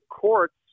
courts